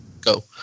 Go